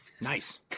Nice